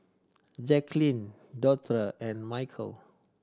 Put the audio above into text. Jacklyn Dorthea and Michel